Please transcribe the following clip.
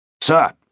Sir